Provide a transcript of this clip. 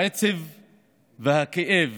העצב והכאב